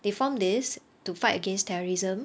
they form this to fight against terrorism